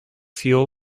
fuel